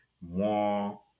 more